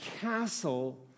castle